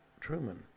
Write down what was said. Truman